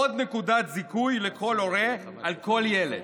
עוד נקודת זיכוי לכל הורה על כל ילד.